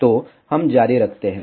तो हम जारी रखते हैं